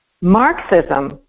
Marxism